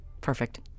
perfect